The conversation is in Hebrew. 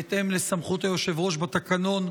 בהתאם לסמכות היושב-ראש בתקנון,